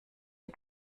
ihr